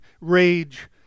rage